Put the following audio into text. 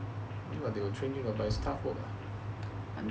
no lah they will train you but is tough work ah